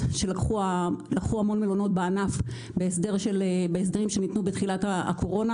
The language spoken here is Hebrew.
שלקחו המון מלונות בענף בהסדרים שניתנו בתחילת הקורונה.